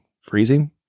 freezing